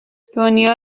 دنیا